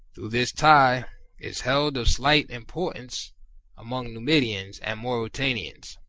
though this tie is held of slight importance among numidians and mauritanians